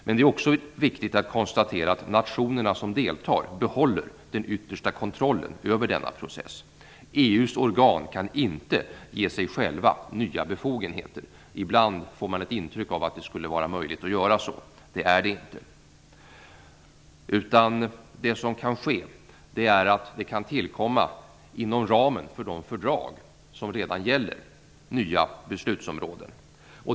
Men det är också viktigt att konstatera att de nationer som deltar behåller den yttersta kontrollen över denna processs. EU:s organ kan inte ge sig själva nya befogenheter. Ibland får man ett intryck av att det skulle vara möjligt att göra så, men det är det inte. Det som kan ske är att det inom ramen för de fördrag som redan gäller kan tillkomma nya beslutsområden.